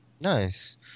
Nice